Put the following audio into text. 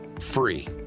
free